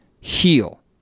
heal